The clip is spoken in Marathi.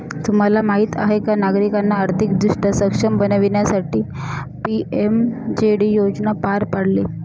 तुम्हाला माहीत आहे का नागरिकांना आर्थिकदृष्ट्या सक्षम बनवण्यासाठी पी.एम.जे.डी योजना पार पाडली